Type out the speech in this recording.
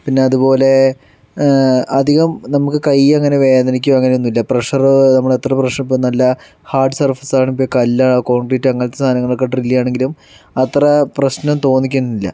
പിന്നതുപോലെ അധികം നമുക്ക് കൈ അങ്ങനെ വേദനിക്കുവോ അങ്ങനൊന്നുമില്ല പ്രെഷറ് നമ്മള് എത്ര പ്രെഷറിപ്പോൾ നല്ല ഹാർഡ് സർഫസാണ് ഇപ്പം കല്ലാ കോൺക്രീറ്റ് അങ്ങനത്തെ സാധനങ്ങളൊക്കെ ഡ്രില്ല് ചെയ്യാണെങ്കിലും അത്ര പ്രശ്നം തോന്നിക്കുന്നില്ല